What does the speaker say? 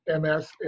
MS